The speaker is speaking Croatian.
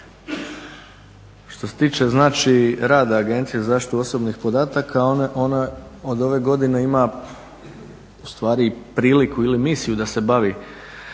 Što se tiče rada Agencije za zaštitu osobnih podataka, ona od ove godine ima ustvari priliku ili misiju da se bavi